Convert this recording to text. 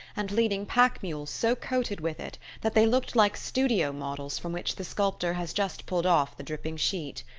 and leading pack-mules so coated with it that they looked like studio models from which the sculptor has just pulled off the dripping sheet.